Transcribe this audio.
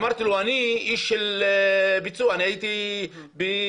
אמרתי לו, אני איש של ביצוע, הייתי במע"צ